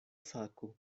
sako